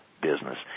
business